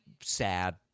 sad